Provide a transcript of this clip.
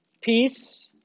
peace